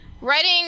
writing